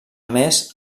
més